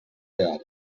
real